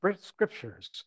scriptures